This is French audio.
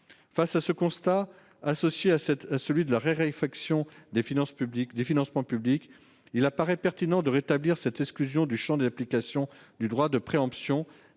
Face à ce constat, associé à celui de la raréfaction des financements publics, il apparaît pertinent de rétablir cette exclusion du champ d'application du droit de préemption